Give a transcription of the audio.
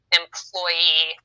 employee